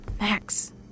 Max